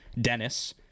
Dennis